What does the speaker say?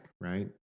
Right